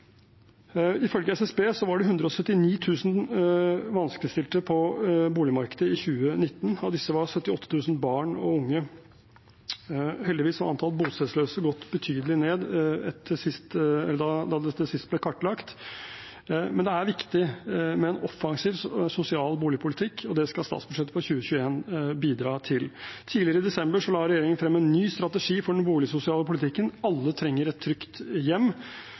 i 2019. Av disse var 78 000 barn og unge. Heldigvis var antall bostedsløse gått betydelig ned da det sist ble kartlagt, men det er viktig med en offensiv, sosial boligpolitikk, og det skal statsbudsjettet for 2021 bidra til. Tidligere i desember la regjeringen frem en ny strategi for den boligsosiale politikken. Alle trenger et trygt hjem.